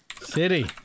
City